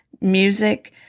music